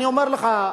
אני אומר לך,